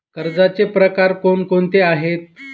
कर्जाचे प्रकार कोणकोणते आहेत?